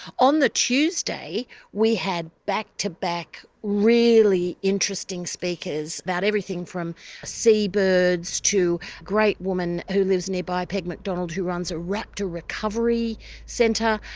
on the tuesday we had back-to-back, really interesting speakers about everything from sea birds to a great woman who lives nearby, peg mcdonald, who runs a raptor recovery centre.